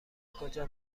کجا